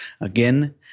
again